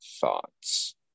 thoughts